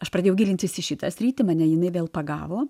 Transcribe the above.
aš pradėjau gilintis į šitą sritį mane jinai vėl pagavo